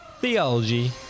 theology